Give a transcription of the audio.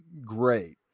great